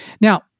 Now